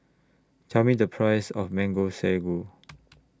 Tell Me The Price of Mango Sago